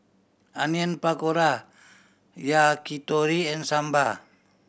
Onion Pakora Yakitori and Sambar